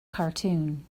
cartoon